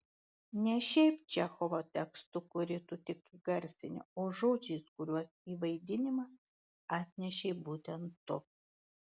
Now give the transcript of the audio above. ne šiaip čechovo tekstu kurį tu tik įgarsini o žodžiais kuriuos į vaidinimą atnešei būtent tu